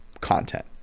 content